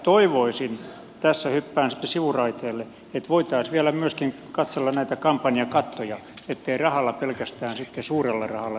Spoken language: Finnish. toivoisin tässä hyppään sivuraiteille että voitaisiin vielä myöskin katsella näitä kampanjakattoja ettei rahalla suurella rahalla pelkästään sitten ratkaista vaaleja